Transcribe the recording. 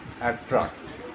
attract